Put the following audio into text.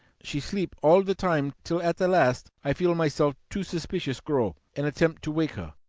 she sleep all the time till at the last, i feel myself to suspicious grow, and attempt to wake her.